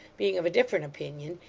being of a different opinion,